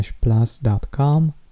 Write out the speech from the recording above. plus.com